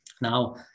Now